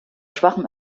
schwachem